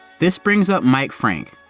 this brings up mike franc.